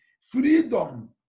Freedom